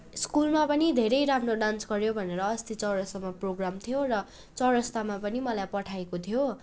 स्कुलमा पनि धेरै राम्रो डान्स गऱ्यो भनेर अस्ति चौरस्तामा प्रोग्राम थियो र चौरस्तामा पनि मलाई पठाएको थियो